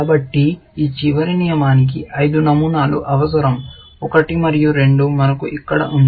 కాబట్టి ఈ చివరి నియమానికి ఐదు నమూనాలు అవసరం ఒకటి మరియు రెండు మనకు ఇక్కడ ఉంది